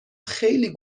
خیلی